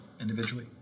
individually